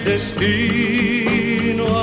Destino